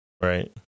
Right